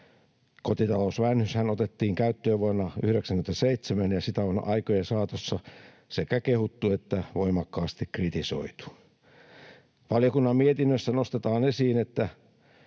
Kotitalousvähennyshän otettiin käyttöön vuonna 97, ja sitä on aikojen saatossa sekä kehuttu että voimakkaasti kritisoitu. Valiokunnan mietinnössä nostetaan esiin, että